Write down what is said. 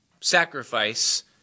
sacrifice